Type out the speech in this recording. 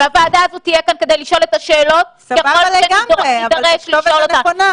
והוועדה הזאת תהיה כאן כדי לשאול את השאלות ככל שנידרש לשאול אותן.